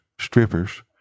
strippers